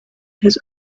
his